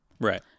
Right